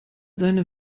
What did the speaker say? deine